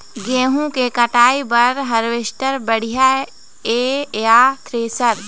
गेहूं के कटाई बर हारवेस्टर बढ़िया ये या थ्रेसर?